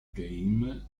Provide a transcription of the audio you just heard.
game